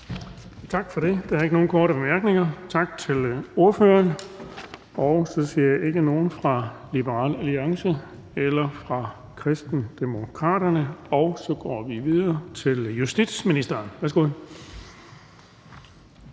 Tak for det. Der er ikke nogen korte bemærkninger, så tak til ordføreren. Jeg ser ikke nogen fra Liberal Alliance eller fra Kristendemokraterne, og så går vi videre til justitsministeren. Værsgo.